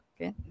okay